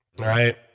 right